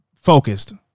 Focused